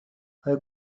آیا